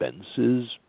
expenses